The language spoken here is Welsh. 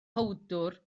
powdwr